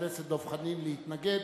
חבר הכנסת דב חנין ביקש להתנגד,